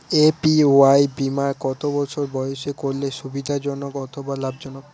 APY বীমা কত বছর বয়সে করলে সুবিধা জনক অথবা লাভজনক?